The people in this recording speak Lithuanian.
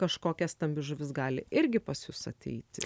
kažkokia stambi žuvis gali irgi pas jus ateiti